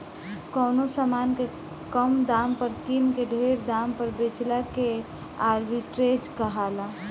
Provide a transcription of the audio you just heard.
कवनो समान के कम दाम पर किन के ढेर दाम पर बेचला के आर्ब्रिट्रेज कहाला